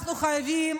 אנחנו חייבים